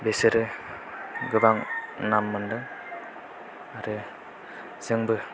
बेसोरो गोबां नाम मोनदों आरो जोंबो